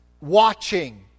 watching